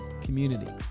community